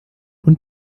und